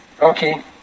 Okay